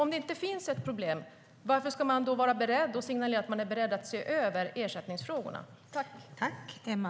Om det inte finns ett problem, varför ska man då signalera att man är beredd att se över ersättningsfrågorna?